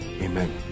Amen